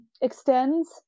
extends